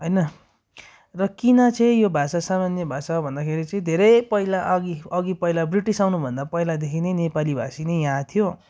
होइन र किन चाहिँ यो भाषा सामान्य भाषा भन्दाखेरि चाहिँ धेरै पहिला अघि अघि पहिला ब्रिटिस आउनुभन्दा पहिलादेखि नै नेपालीभाषी नै यहाँ थियो